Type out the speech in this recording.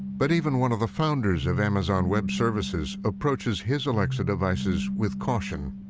but even one of the founders of amazon web services approaches his alexa devices with caution.